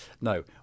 No